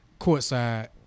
courtside